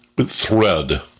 thread